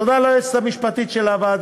תודה ליועצת המשפטית של הוועדה